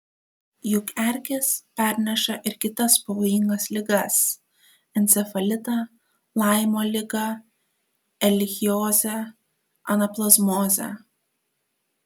juk erkės perneša ir kitas pavojingas ligas encefalitą laimo ligą erlichiozę anaplazmozę